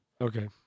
Okay